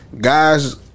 guys